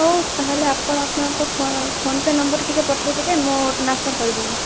ହଉ ତାହାଲେ ଆପଣ ଆପଣଙ୍କ ଫୋନ୍ପେ ନମ୍ବର୍ ଟିକେ ପଠେଇଦେବେ ମୁଁ ଟ୍ରାନ୍ସଫର୍ କରିଦେବି